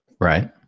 right